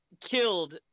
killed